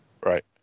Right